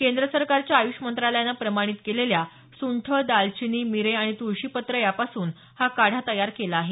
केंद्र सरकारच्या आय़्ष मंत्रालयानं प्रमाणित केलेल्या सुंठ दालचिनी मिरे आणि तुळशीपत्र यापासून हा काढा तयार केला आहे